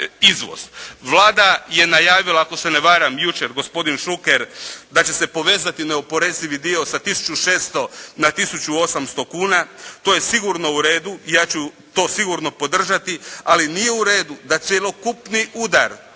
Vlada je najavila, ako se ne varam jučer, gospodin Šuker da će se povezati neoporezivi dio sa tisuću 600 na tisuću 800 kuna, to je sigurno u redu i ja ću to sigurno podržati. Ali nije u redu da cjelokupni udar